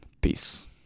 Peace